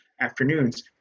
afternoons